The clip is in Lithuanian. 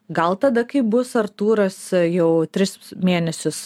gal tada kai bus artūras jau tris mėnesius